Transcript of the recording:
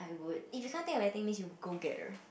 if you can't think of anything means you go getter